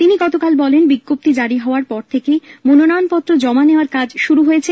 তিনি গতকাল বলেন বিজ্ঞপ্তি জারি হওয়ার পর থেকেই মনোনয়নপত্র জমা নেওয়ার কাজ শুরু হয়েছে